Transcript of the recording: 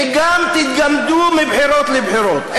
וגם תתגמדו מבחירות לבחירות,